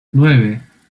nueve